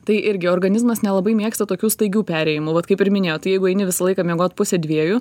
tai irgi organizmas nelabai mėgsta tokių staigių perėjimų vat kaip ir minėjot tai jeigu eini visą laiką miegot pusę dviejų